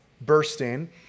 bursting